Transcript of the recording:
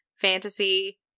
fantasy